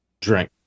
Drink